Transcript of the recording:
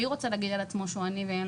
מי רוצה להגיד על עצמו שהוא עני?